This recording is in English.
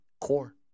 core